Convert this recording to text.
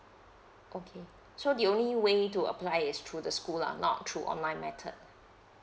okay so the only way to apply is through the school lah not through online method